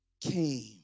came